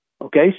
Okay